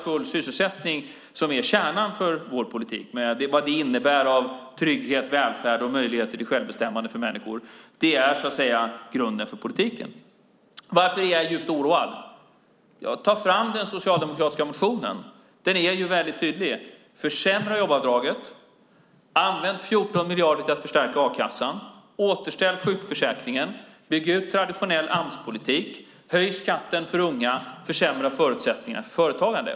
Full sysselsättning är kärnan i vår politik med vad det innebär av trygghet, välfärd och möjligheter till självbestämmande för människor. Det är grunden för politiken. Varför är jag djupt oroad? Ja, ta fram den socialdemokratiska motionen. Den är väldig tydlig: Försämra jobbavdraget, använd 14 miljarder till att förstärka a-kassan, återställ sjukförsäkringen, bygg ut traditionell Amspolitik, höj skatten för unga, försämra förutsättningarna för företagande.